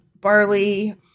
Barley